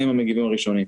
הם המגיבים הראשונים.